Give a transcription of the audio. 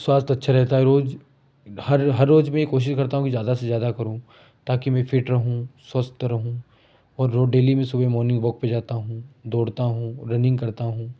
स्वास्थ्य अच्छा रहता है रोज हर हर रोज मैं कोशिश करता हूँ कि ज्यादा से ज्यादा करूँ ताकि मैं फिट रहूँ स्वस्थ रहूँ और रोज़ डेली मैं सुबह मॉर्निंग वॉक पर जाता हूँ दौड़ता हूँ रनिंग करता हूँ